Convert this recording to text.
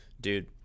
dude